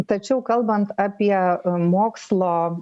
tačiau kalbant apie mokslo